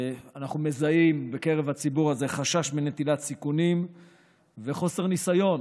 אנחנו מזהים בקרב הציבור הזה חשש מנטילת סיכונים וחוסר ניסיון,